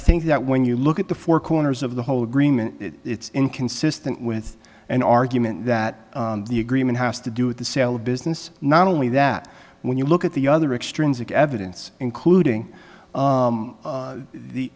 think that when you look at the four corners of the whole agreement it's inconsistent with an argument that the agreement has to do with the sale of business not only that when you look at the other extrinsic evidence including